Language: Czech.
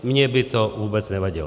Mně by to vůbec nevadilo.